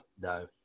no